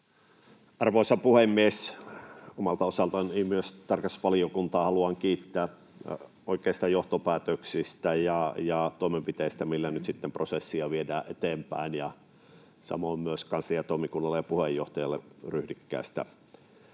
Arvoisa puhemies! Omalta osaltani myös tarkastusvaliokuntaa haluan kiittää oikeista johtopäätöksistä ja toimenpiteistä, millä nyt sitten prosessia viedään eteenpäin, ja samoin kiitos myös kansliatoimikunnalle ja puheenjohtajalle ryhdikkäästä